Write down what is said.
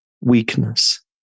weakness